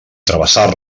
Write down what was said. travessar